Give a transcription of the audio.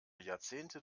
jahrzehnte